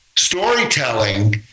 storytelling